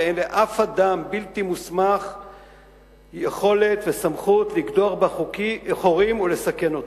ואין לאף אדם בלתי מוסמך יכולת וסמכות לקדוח בה חורים ולסכן אותה.